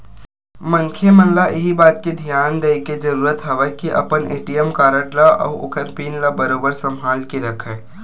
मनखे मन ल इही बात के धियान देय के जरुरत हवय के अपन ए.टी.एम कारड ल अउ ओखर पिन ल बरोबर संभाल के रखय